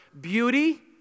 beauty